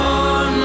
on